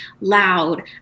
loud